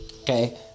okay